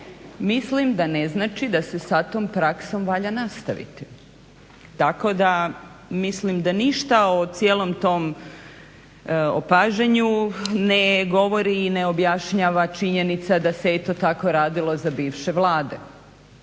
mislim da ne znači da se sa tom praksom valja nastaviti. Tako da mislim da ništa o cijelom tom opažanju ne govori i ne objašnjava činjenica da se je to tako radilo za bivše Vlade.